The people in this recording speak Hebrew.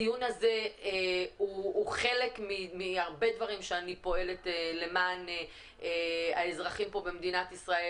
הדיון הזה הוא חלק מהרבה דברים שאני פועלת למען האזרחים במדינת ישראל